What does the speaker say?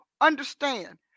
understand